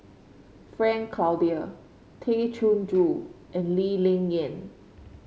Frank Cloutier Tay Chin Joo and Lee Ling Yen